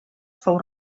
fou